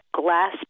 glass